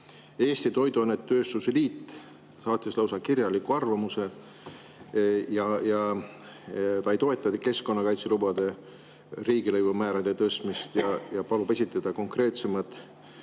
Eesti Toiduainetööstuse Liit saatis lausa kirjaliku arvamuse, ta ei toeta keskkonnakaitselubade riigilõivumäärade tõstmist ja palub esitada konkreetsemad